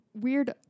weird